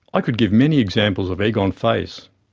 i could give many examples of egg on face.